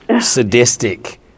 Sadistic